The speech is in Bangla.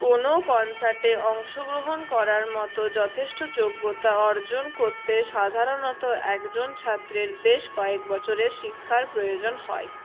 কোনও কন্সার্টে অংশগ্রহণ করার মতো যথেষ্ট যোগ্যতা অর্জন করতে সাধারণত একজন ছাত্রের বেশ কয়েক বছরের শিক্ষার প্রয়োজন হয়